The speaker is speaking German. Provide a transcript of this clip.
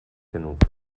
genug